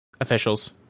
officials